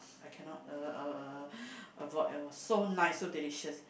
I cannot uh uh uh avoid it was so nice so delicious